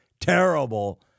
terrible